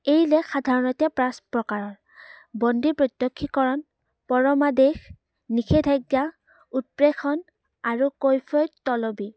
এই লেখ সাধাৰণতে পাঁচ প্ৰকাৰৰ বন্দী প্ৰত্যক্ষীকৰণ পৰমাদেশ নিষেধাজ্ঞা উৎপ্ৰেখন আৰু কৈফয়ত তলবি